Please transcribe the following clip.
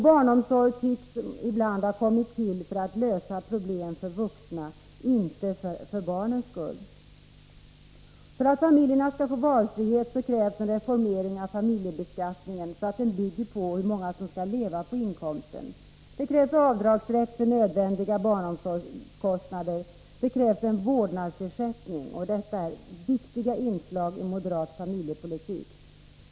Barnomsorg tycks ibland ha kommit till för att lösa problem för vuxna, inte för barnens skull. För att familjerna skall få valfrihet krävs en reformering av familjebeskattningen så att den bygger på hur många som skall leva på inkomsten. Det krävs avdragsätt för nödvändiga barnomsorgskostnader. Det krävs en vårdnadsersättning, och detta är viktiga inslag i moderat familjepolitik.